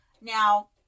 Now